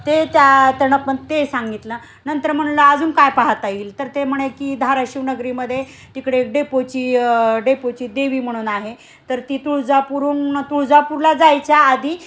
ते त्या त्याण पण ते सांगितलं नंतर म्हटलं अजून काय पाहाता येईल तर ते म्हणे की धाराशिवनगरीमध्ये तिकडे डेपोची डेपोची देवी म्हणून आहे तर ती तुळजापूरून तुळजापूरला जायच्या आधी